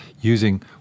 using